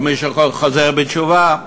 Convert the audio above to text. או מי שחוזר בתשובה.